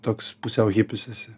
toks pusiau hipis esi